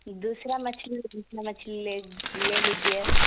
دوسرا مچھلی مچھلی لے لے لیجیے